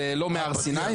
זה לא מהר סיני,